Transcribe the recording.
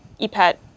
Epet